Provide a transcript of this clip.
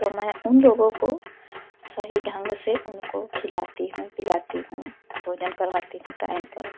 तो मैं उन लोग को सही ढंग से उनको खिलाती हूं पीलाती हूं भोजन करवाती हूं टाइम पर